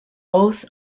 oath